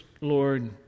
Lord